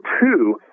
two